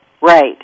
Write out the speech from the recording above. Right